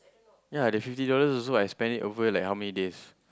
ya the fifty dollar also I spend over like how many days